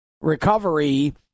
recovery